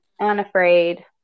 unafraid